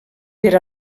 per